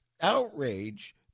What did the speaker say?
outrage